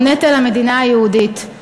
הוא נטל המדינה היהודית,